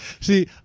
See